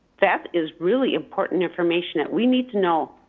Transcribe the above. that is really important information that we need to know.